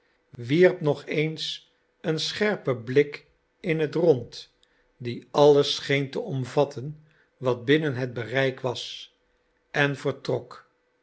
wierp nog eens een scherpen blik in het rond die alles scheen te omvatten wat binnen het bereik was en vertrok